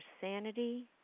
sanity